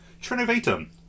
Trinovatum